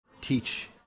teach